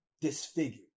disfigured